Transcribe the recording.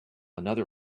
another